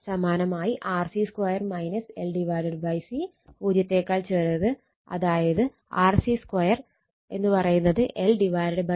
സമാനമായി RC 2 L C 0 അതായത് RC 2 L C